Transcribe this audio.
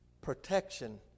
protection